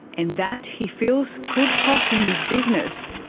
and that, he feels, could cost him his business.